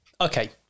Okay